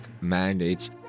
mandates